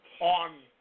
on